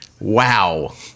Wow